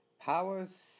Powers